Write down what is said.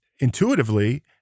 intuitively